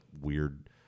weird